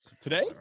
Today